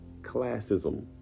Classism